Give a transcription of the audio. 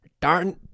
darn